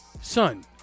son